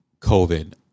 COVID